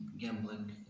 gambling